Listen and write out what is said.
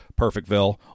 Perfectville